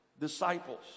disciples